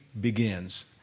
begins